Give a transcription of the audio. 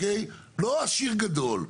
לא עשיר גדול,